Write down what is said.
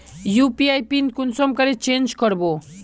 UPI pin कुंसम करे change करबो?